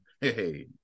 hey